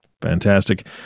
Fantastic